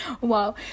Wow